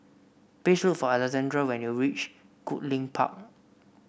please look for Alexandrea when you reach Goodlink Park